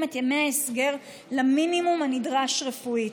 את ימי ההסגר למינימום הנדרש רפואית.